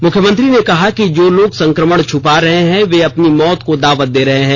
मुख्यमंत्री ने कहा कि जो लोग संकमण छुपा रहे हैं वे अपनी मौत को दावत दे रहे हैं